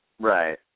Right